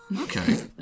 Okay